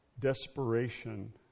desperation